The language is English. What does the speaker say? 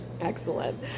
Excellent